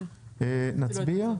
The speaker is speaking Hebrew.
נצביע?